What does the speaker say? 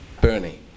Bernie